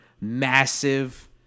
massive